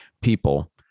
people